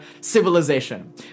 civilization